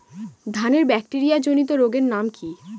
ধানের ব্যাকটেরিয়া জনিত রোগের নাম কি?